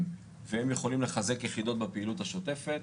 ויכולים לחזק יחידות בפעילות השוטפת.